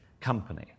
company